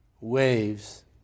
waves